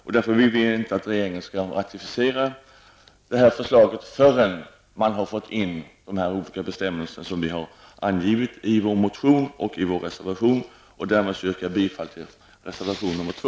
Därför vill vi att regeringen inte skall ratificera det här förslaget förrän man har fått in de olika bestämmelser som vi har angivit i vår motion och i vår reservation. Därmed yrkar jag bifall till reservation 2.